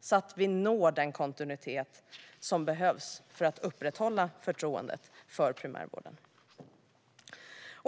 så att vi når den kontinuitet som behövs för att upprätthålla förtroendet för primärvården.